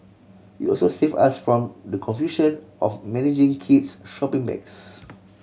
it also save us from the confusion of managing kids shopping bags